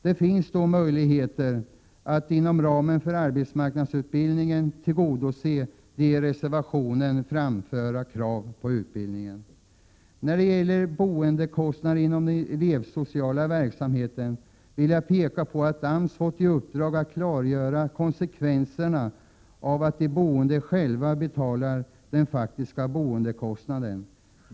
Det finns då möjligheter att inom ramen för arbetsmarknadsutbildningen tillgodose de i reservationen framförda kraven på utbildning. När det gäller boendekostnaden inom den elevsociala verksamheten vill jag peka på att AMS fått i uppdrag att klargöra konsekvenserna av att de boende själva betalar den faktiska boendekostnaden.